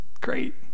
Great